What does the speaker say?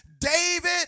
David